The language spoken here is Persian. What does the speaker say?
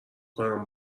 کنم